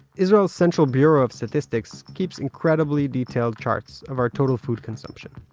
israel's central bureau of statistics keeps incredibly detailed charts of our total food consumption.